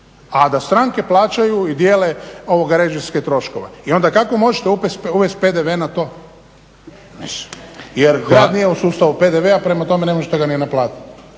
a da stranke plaćaju i dijele režijske troškove. I onda kako možete uvesti PDV na to? Mislim, jer grad nije u sustavu PDV-a. Prema tome, ne možete ga ni naplatiti.